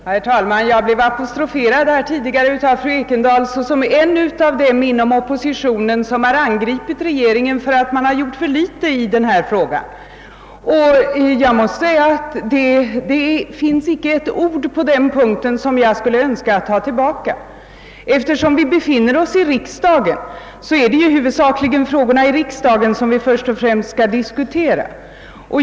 Herr talman! Jag blev apostroferad av fru Ekendahl såsom en av dem inom oppositionen, som har angripit regeringen för att ha gjort för litet i denna fråga. Jag har i detta avseende inte sagt ett ord som jag skulle önska ta tillbaka. Eftersom vi befinner oss i riksdagen, är det huvudsakligen riksdagsfrågorna som vi skall diskutera.